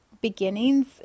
beginnings